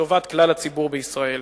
לטובת כלל הציבור בישראל.